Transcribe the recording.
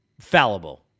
fallible